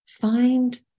find